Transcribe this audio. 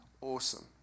awesome